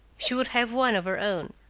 she would have one of her own.